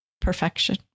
perfection